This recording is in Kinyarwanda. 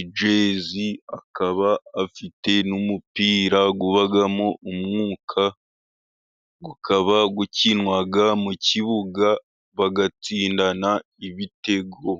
ijezi, akaba afite n'umupira ubamo umwuka ukaba ukinwa mu kibuga bagatsindana ibitego.